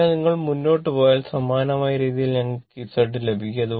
അതിനാൽ നിങ്ങൾ മുന്നോട്ട് പോയാൽ സമാനമായ രീതിയിൽ ഞങ്ങൾക്ക് Z ലഭിക്കും